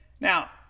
now